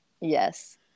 Yes